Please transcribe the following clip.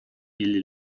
или